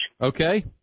Okay